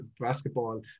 basketball